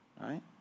right